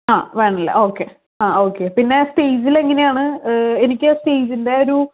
വേണ്ടല്ലോ okay okay പിന്നെ സ്റ്റേജിൽ എങ്ങനെയാണ് എനിക്ക് സ്റ്റേജിന്റെ ഒരു